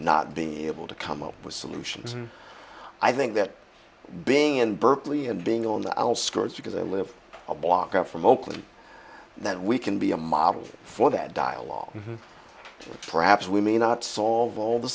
not being able to come up with solutions and i think that being in berkeley and being on the isle scores because i live a block up from oakland that we can be a model for that dialogue perhaps we may not solve all the